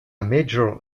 major